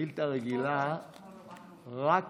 בשאילתה הרגילה רק